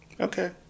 Okay